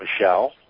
Michelle